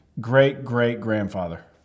great-great-grandfather